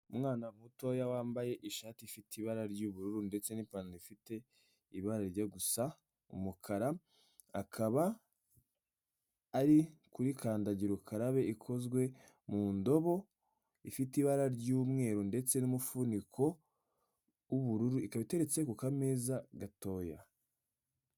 Umwana mutoya wambaye ishati ifite ibara ry'ubururu ndetse n'ipantaro ifite ibara rijya gusa umukara, akaba ari kuri kandagira ukarabe ikozwe mu ndobo, ifite ibara ry'umweru ndetse n'umufuniko w'ubururu, ikaba iteretse ku meza gatoya.